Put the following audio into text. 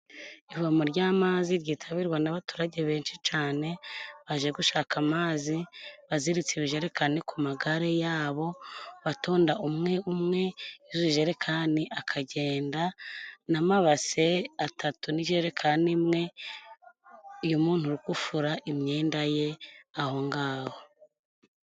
Ivomo ry'amazi ryitabirwa n'abaturage benshi cyane baje gushaka amazi baziritse ibijerekani ku magare yabo batunda, umwe umwe yuzuza ijerekani akagenda n'amabase atatu n'ijerekani imwe iyo umuntu uri gufura imyenda ye aho ngaho.